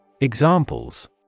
Examples